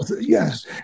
Yes